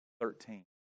Thirteen